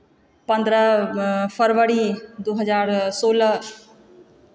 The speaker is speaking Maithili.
पन्द्रह फरवरी दू हजार सोलह